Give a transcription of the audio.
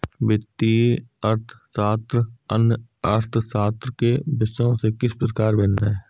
वित्तीय अर्थशास्त्र अन्य अर्थशास्त्र के विषयों से किस प्रकार भिन्न है?